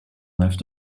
left